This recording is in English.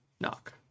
knock